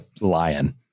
lion